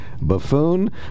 buffoon